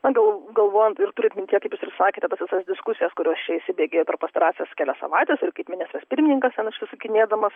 na gal galvojant ir turint mintyje kaip jūs ir sakėte tas visas diskusijas kurios čia įsibėgėja per pastarąsias kelias savaites ir kaip ministras pirmininkas ten išsisukinėdamas